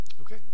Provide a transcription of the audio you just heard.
Okay